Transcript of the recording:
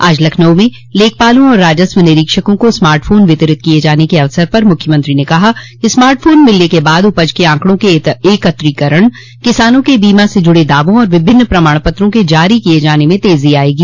आज लखनऊ में लेखपालों और राजस्व निरीक्षकों को स्मार्ट फोन वितरित किये जाने के अवसर पर मुख्यमंत्री ने कहा कि स्मार्ट फोन मिलने के बाद उपज के आंकड़ों के एकत्रीकरण किसानों के बीमा से जूड़े दावों और विभिन्न प्रमाण पत्रों के जारी किये जाने में तेजी आयेगी